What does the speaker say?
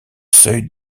seuil